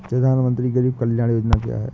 प्रधानमंत्री गरीब कल्याण योजना क्या है?